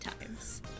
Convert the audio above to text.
times